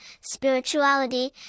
spirituality